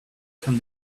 can